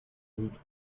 good